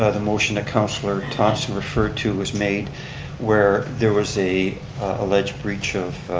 ah the motion that councilor thomson referred to was made where there was a alleged breach of